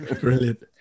Brilliant